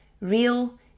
real